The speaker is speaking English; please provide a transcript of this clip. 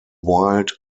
wild